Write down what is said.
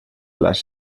las